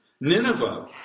Nineveh